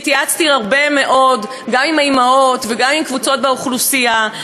והתייעצתי הרבה מאוד גם עם האימהות וגם עם קבוצות באוכלוסייה,